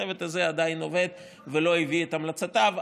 הצוות הזה עדיין עובד ולא הביא את המלצותיו.